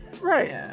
right